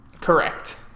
Correct